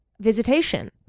visitation